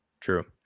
True